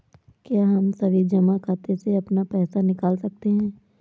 क्या हम सावधि जमा खाते से अपना पैसा निकाल सकते हैं?